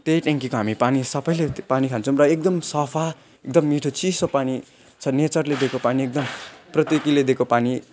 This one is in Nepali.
त्यहीँ ट्यान्कीको हामी पानी सबैले पानी खान्छौँ र एकदम सफा एकदम मिठो चिसो पानी छ नेचरले दिएको पानी एकदम प्रकृतिले दिएको पानी